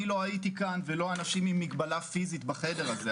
אני לא הייתי כאן ולא אנשים עם מגבלה פיזית בחדר הזה,